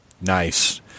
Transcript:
nice